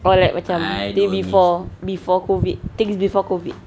or like macam things before before COVID things before COVID